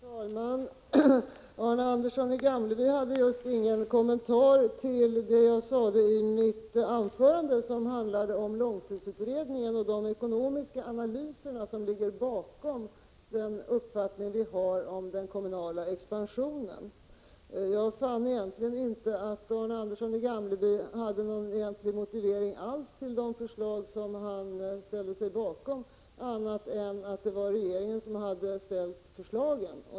Herr talman! Arne Andersson i Gamleby hade just inga kommentarer till det jag sade i mitt anförande, som handlade om långtidsutredningen och de ekonomiska analyser som ligger bakom vår uppfattning om den kommunala expansionen. Jag fann inte att Arne Andersson i Gamleby hade någon egentlig motivering alls till de förslag som han ställde sig bakom, annat än att det var regeringen som hade framställt förslagen.